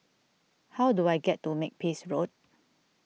how do I get to Makepeace Road